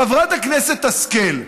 חברת הכנסת השכל,